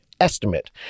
estimate